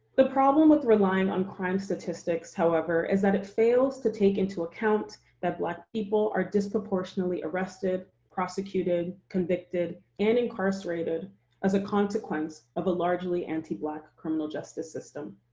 the problem with relying on crime statistics, however, is that it fails to take into account that black people are disproportionately arrested, prosecuted, convicted, and incarcerated as a consequence of a largely anti-black criminal justice system.